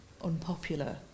unpopular